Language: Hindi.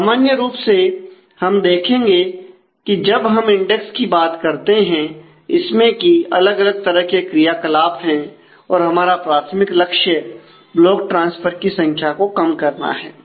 सामान्य रूप से हम देखेंगे कि जब हम इंडेक्स की बात करते हैं इसमें की अलग अलग तरह के क्रियाकलाप हैं हमारा प्राथमिक लक्ष्य ब्लॉक ट्रांसफर की संख्या को कम करना है